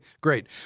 great